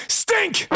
stink